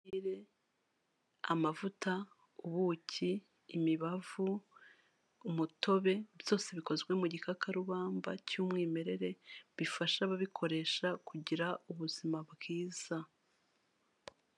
Amavuta, ubuki, imibavu, umutobe, byose bikozwe mu gikakarubamba cy'umwimerere, bifasha ababikoresha kugira ubuzima bwiza.